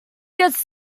gets